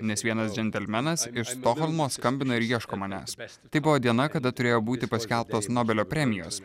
nes vienas džentelmenas iš stokholmo skambina ir ieško manęs tai buvo diena kada turėjo būti paskelbtos nobelio premijos